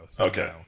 Okay